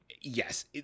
yes